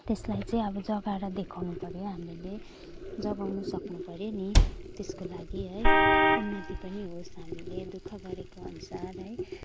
त्यसलाई चाहिँ अब जगाएर देखाउनुपर्यो हामीले जगाउनु सक्नुपर्यो नि त्यसको लागि है उन्नति पनि होस् हामीले दुःख गरेको अनुसार है